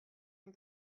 ein